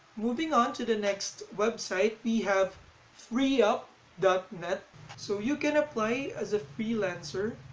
moving on to the next website we have freeup dot net so you can apply as a freelancer